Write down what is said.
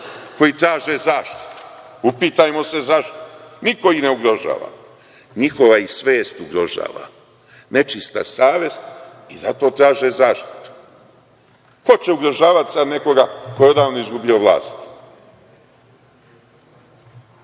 koji traže zaštitu. Upitajmo se zašto. Niko ih ne ugrožava. Njihova ih svest ugrožava, nečista savest i zato traže zaštitu. Ko će ugrožavati sada nekoga ko je odavno izgubio vlast?